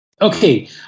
Okay